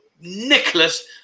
nicholas